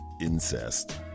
incest